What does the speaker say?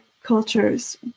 cultures